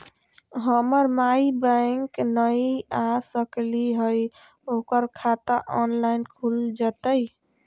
हमर माई बैंक नई आ सकली हई, ओकर खाता ऑनलाइन खुल जयतई?